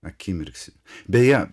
akimirksniu beje